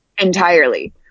entirely